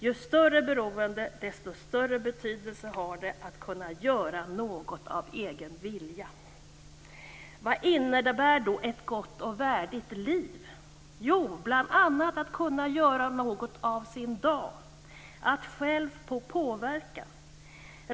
Ju större beroende, desto större betydelse har det att man kan göra något av egen vilja. Vad innebär då ett gott och värdigt liv? Jo, det innebär bl.a. att man kan göra något av sin dag, att man själv får påverka.